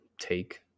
take